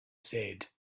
said